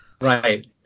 Right